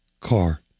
Car